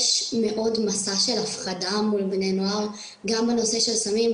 יש מסע של הפחדה מול בני הנוער גם בנושא של סמים,